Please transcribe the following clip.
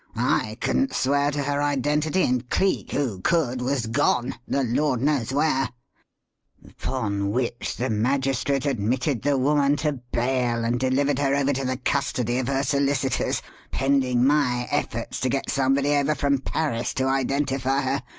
i couldn't swear to her identity, and cleek, who could, was gone the lord knows where upon which the magistrate admitted the woman to bail and delivered her over to the custody of her solicitors pending my efforts to get somebody over from paris to identify her.